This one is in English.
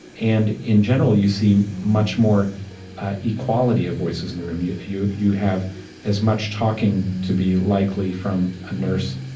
and in general, you see much more equality of voices in the room. you you have as much talking to be likely from a nurse,